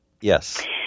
Yes